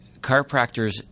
chiropractors